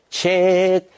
check